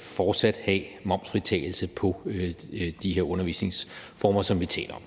fortsat at have momsfritagelse på de her undervisningsformer, som vi taler om.